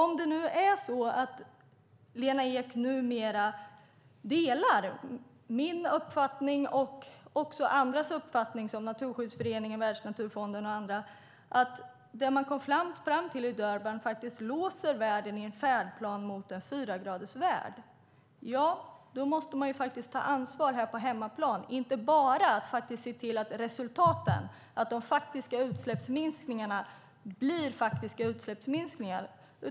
Om det nu är så att Lena Ek numera delar min och också andras uppfattning - Svenska Naturskyddsföreningen, Världsnaturfonden och andra - att det man kom fram till i Durban låser världen i en färdplan mot en fyragradersvärld måste man ta ansvar här på hemmaplan. Det handlar inte bara om att se till att resultaten, de faktiska utsläppsminskningarna, blir faktiska utsläppsminskningar.